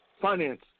finance